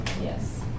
Yes